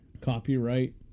copyright